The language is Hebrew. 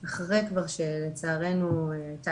כן, היא תלמידה.